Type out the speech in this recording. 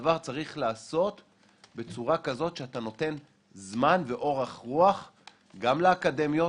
הדבר צריך להיעשות בצורה כזאת שאתה נותן זמן ואורך רוח גם לאקדמיות